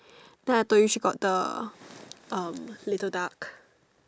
then I told you she got the um little duck